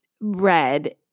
red